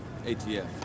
ATF